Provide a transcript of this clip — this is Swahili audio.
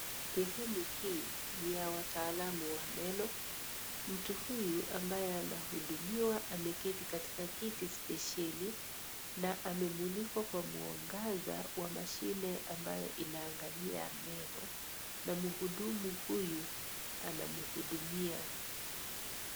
Sehemu hii ni ya wataalamu wa meno, mtu huyu ambaye anahudumiwa ameketi katika kiti spesheli na amemulikwa kwa mwangaza wa mashine ambayo inaangalia meno na mhudumu huyu anamhudumia.